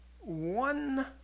one